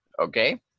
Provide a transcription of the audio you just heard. okay